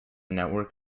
network